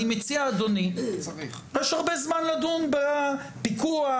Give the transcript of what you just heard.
אדוני, יש הרבה זמן לדון בפיקוח,